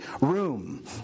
room